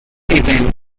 event